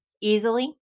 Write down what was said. easily